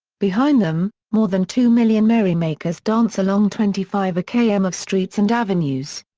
behind them, more than two million merrymakers dance along twenty five km of streets and avenues.